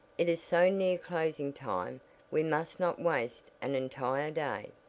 it is so near closing time we must not waste an entire day.